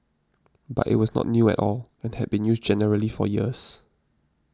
but it was not new at all and had been used generally for years